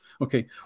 Okay